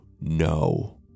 no